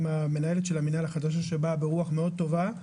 עם המנהלת של המנהל החדש שבאה ברוח מאוד טובה.